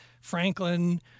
Franklin